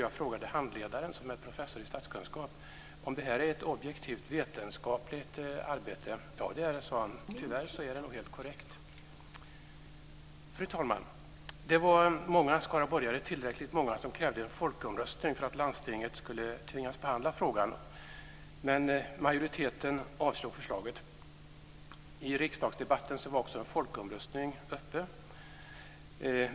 Jag frågade handledaren, som är professor i statskunskap, om det här är ett objektivt vetenskapligt arbete. Ja, det är det, sade han, och tyvärr är det nog helt korrekt. Fru talman! Det var många - tillräckligt många - skaraborgare som krävde en folkomröstning för att landstinget skulle tvingas behandla frågan. Men majoriteten avslog förslaget. I riksdagsdebatten var också frågan om folkomröstning uppe.